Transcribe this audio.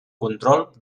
control